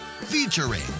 Featuring